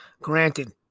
Granted